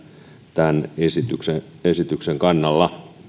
tämän esityksen esityksen kannalla